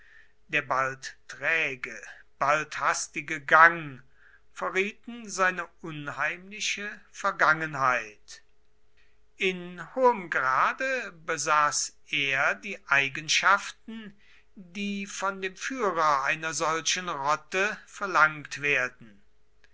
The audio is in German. der bald träge bald hastige gang verrieten seine unheimliche vergangenheit in hohem grade besaß er die eigenschaften die von dem führer einer solchen rotte verlangt werden